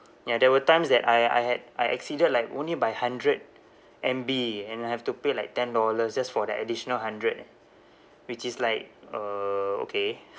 ya there were times that I I had I exceeded like only by hundred M_B and I have to pay like ten dollars just for that additional hundred eh which is like uh okay